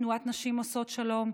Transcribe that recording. תנועת נשים עושות שלום,